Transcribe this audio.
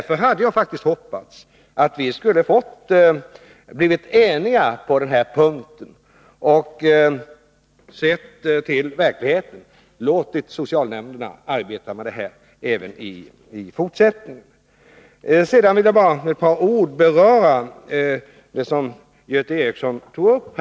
Jag hade faktiskt hoppats att vi skulle sett till verkligheten och blivit eniga på den här punkten om att låta socialnämnderna arbeta med detta även i fortsättningen. Sedan vill jag bara med ett par ord beröra det som Göran Ericsson tog upp.